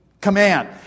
command